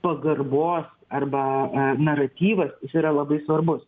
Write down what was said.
pagarbos arba naratyvas jis yra labai svarbus